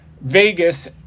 vegas